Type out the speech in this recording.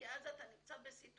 כי אז אתה נמצא בסיטואציה